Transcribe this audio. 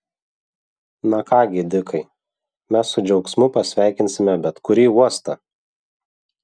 na ką gi dikai mes su džiaugsmu pasveikinsime bet kurį uostą